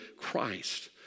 Christ